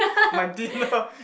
my dinner